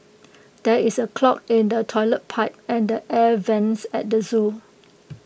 there is A clog in the Toilet Pipe and the air Vents at the Zoo